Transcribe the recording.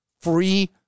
free